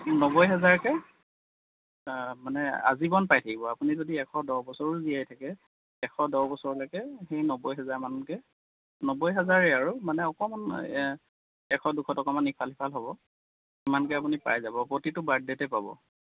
নব্বৈ হেজাৰকৈ মানে আজীৱন পাই থাকিব আপুনি যদি এশ দহ বছৰো জীয়াই থাকে এশ দহ বছৰলৈকে সেই নব্বৈ হেজাৰমানকৈ নব্বৈ হেজাৰেই আৰু মানে অকণমান এশ দুশ টকামান ইফালো সিফাল হ'ব ইমানকৈ আপুনি পাই যাব প্ৰতিটো বাৰ্থডেতে পাব